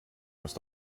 must